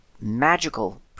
magical